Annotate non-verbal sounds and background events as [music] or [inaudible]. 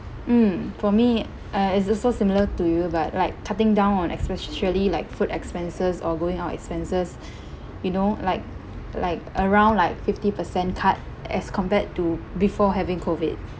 mm for me uh it's also similar to you but like cutting down on especially like food expenses or going out expenses [breath] you know like like around like fifty percent cut as compared to before having COVID